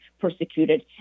persecuted